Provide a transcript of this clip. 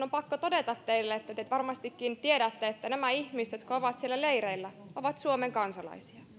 on pakko todeta teille että te varmastikin tiedätte että nämä ihmiset jotka ovat siellä leireillä ovat suomen kansalaisia